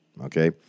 okay